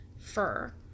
fur